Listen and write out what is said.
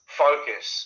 focus